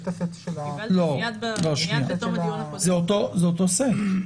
זה אותו סט.